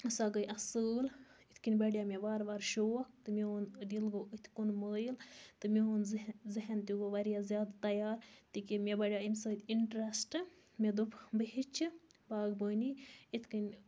سۄ گٔیہِ اصل یِتھ کنۍ بَڑے مےٚ وارٕ وارٕ شوق تہٕ میون دِل گوٚو أتھۍ کُن مٲیِل تہٕ میون ذہن ذہن تہِ گوٚو واریاہ زیادٕ تیار تکیازِ مےٚ بَڑیو امہِ سۭتۍ اِنٹرسٹہٕ مےٚ دوٚپ بہٕ ہیٚچھِ باغبٲنی اِتھ کنۍ